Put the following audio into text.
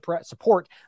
support